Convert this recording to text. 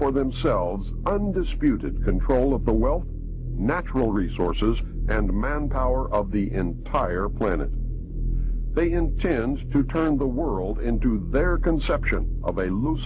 for themselves undisputed control of the well natural resources and manpower of the entire planet they intend to turn the world into their conception of a loose